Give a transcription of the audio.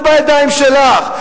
זה בידיים שלך.